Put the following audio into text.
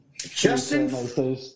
Justin